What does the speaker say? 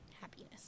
happiness